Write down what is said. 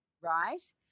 Right